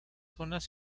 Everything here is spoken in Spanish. zonas